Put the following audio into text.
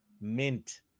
mint